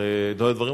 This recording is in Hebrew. הרי לא היו דברים,